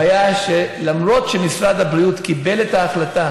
הבעיה היא שלמרות שמשרד הבריאות קיבל את ההחלטה